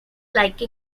like